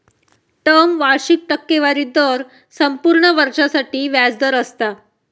term वार्षिक टक्केवारी दर संपूर्ण वर्षासाठी व्याज दर असता